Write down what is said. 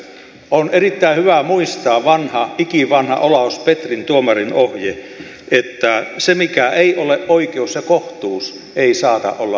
on erittäin hyvä muistaa ikivanha olaus petrin tuomarinohje että se mikä ei ole oikeus ja kohtuus ei saata olla lakikaan